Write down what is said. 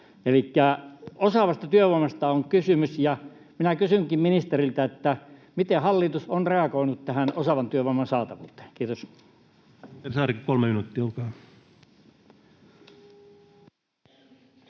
elikkä osaavasta työvoimasta on kysymys. Minä kysynkin ministeriltä: miten hallitus on reagoinut tähän osaavan työvoiman saatavuuteen? — Kiitos.